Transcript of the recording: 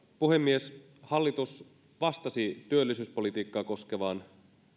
puhemies hallitus vastasi työllisyyspolitiikkaa koskevaan